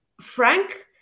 Frank